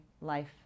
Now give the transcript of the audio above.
life